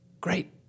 Great